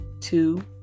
Two